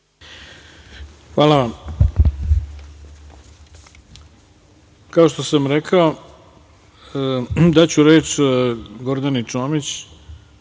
Hvala vam. Kao što sam rekao, daću reč Gordani Čomić,